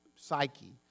psyche